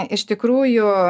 iš tikrųjų